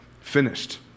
finished